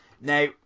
Now